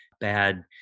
bad